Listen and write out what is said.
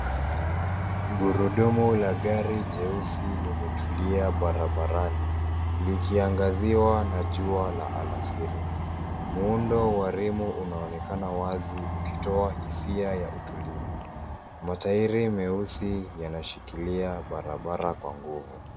Gurudumu la gari jeusi limetulia barabarani likiangaziwa na jua la alasiri. Muundo wa rimu unaonekana wazi ukitoa hisia ya utulivu. Matairi meusi yanashikilia barabara kwa nguvu.